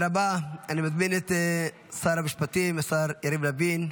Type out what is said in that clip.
אני מזמין את שר המשפטים, השר יריב לוין,